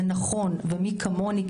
זה נכון ומי כמוני,